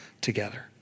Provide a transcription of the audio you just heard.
together